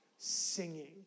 singing